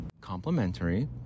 complimentary